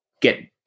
get